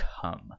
Come